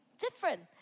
different